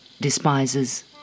despises